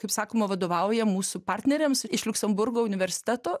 kaip sakoma vadovauja mūsų partneriams iš liuksemburgo universiteto